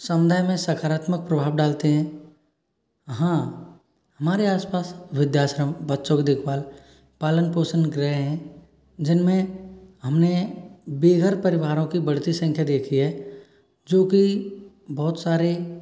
समुदाय में सकारात्मक प्रभाव डालते हैं हाँ हमारे आस पास वृद्धाश्रम बच्चों की देखभाल पालन पोषण गृह हैं जिनमें हमने बेघर परिवारों की बढ़ती संख्या देखी है जो कि बहुत सारे